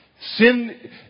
Sin